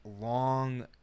long